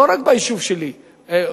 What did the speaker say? לא רק ביישוב שלי.